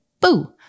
boo